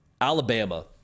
Alabama